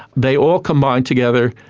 they all combine together,